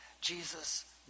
Jesus